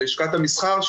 של לשכת המסחר,